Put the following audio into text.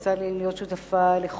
יצא לי להיות שותפה לחוק